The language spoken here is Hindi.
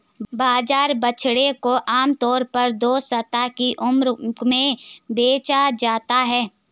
बाजार बछड़ों को आम तौर पर दो सप्ताह की उम्र में बेचा जाता है